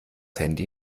handy